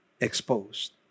exposed